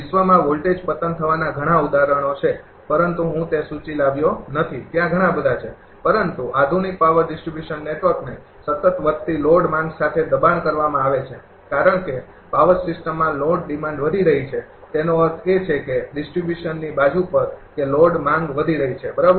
વિશ્વમાં વોલ્ટેજ પતન થવાના ઘણા ઉદાહરણો છે પરંતુ હું તે સૂચિ લાવ્યો નથી ત્યાં ઘણા બધા છે પરંતુ આધુનિક પાવર ડિસ્ટ્રિબ્યુશન નેટવર્કને સતત વધતી લોડ માંગ સાથે દબાણ કરવામાં આવે છે કારણ કે પાવર સિસ્ટમમાં લોડ ડિમાન્ડ વધી રહી છે તેનો અર્થ એ છે કે ડિસ્ટ્રિબ્યુશનની બાજુ પર કે લોડ માંગ વધી રહી છે બરાબર